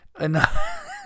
Enough